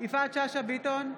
יפעת שאשא ביטון,